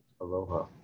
aloha